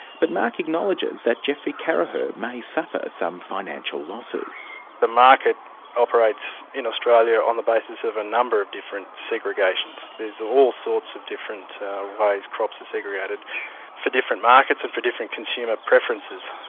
but mark acknowledges that geoffrey carracher may suffer some financial losses. the market operates in australia on the basis of a number of different segregations. there's all sorts of different ways crops are segregated for different markets, and for different consumer preferences.